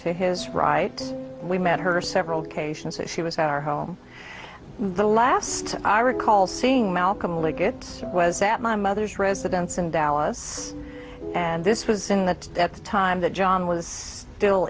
to his right we met her several occasions that she was at our home the last i recall seeing malcolm like it was at my mother's residence in dallas and this was in that time that john was still